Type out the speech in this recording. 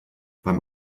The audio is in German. beim